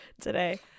today